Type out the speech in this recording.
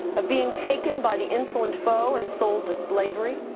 of being taken by the insolent foe, and sold to slavery,